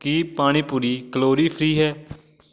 ਕੀ pani puri calorie free ਹੈ